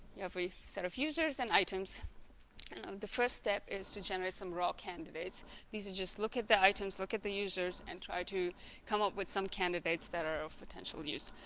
every set of users and items and the first step is to generate some raw candidates these are just look at the items look at the users and try to come up with some candidates that are of potential use